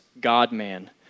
God-man